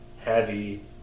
heavy